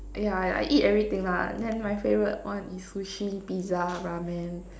ya I I eat everything lah then my favourite one is Sushi Pizza Ramen